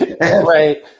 Right